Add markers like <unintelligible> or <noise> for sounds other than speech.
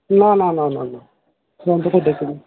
না না না না না <unintelligible> দেখিনি